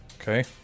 Okay